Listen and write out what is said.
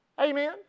Amen